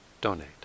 donate